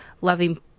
loving